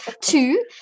two